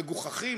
מגוחכים.